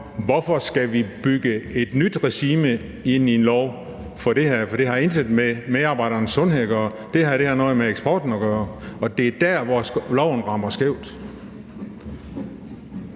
hvorfor skal vi bygge et nyt regime ind i en lov om det her? For det har intet med medarbejdernes sundhed at gøre. Det her har noget med eksporten at gøre, og det er der, lovforslaget rammer skævt.